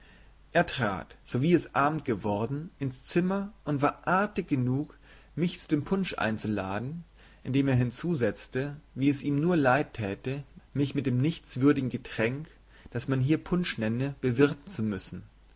er trat sowie es abend worden ins zimmer und war artig genug mich zu dem punsch einzuladen indem er hinzusetzte wie es ihm nur leid täte mich mit dem nichtswürdigen getränk das man hier punsch nenne bewirten zu müssen